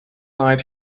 night